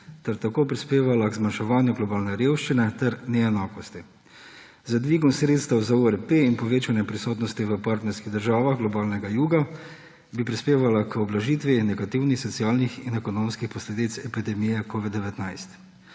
ter tako prispevala k zmanjševanju globalne revščine ter neenakosti. Z dvigom sredstev za URP in povečanjem prisotnosti v partnerskih državah globalnega juga bi prispevala k ublažitvi negativnih socialnih in ekonomskih posledic epidemije covid-19.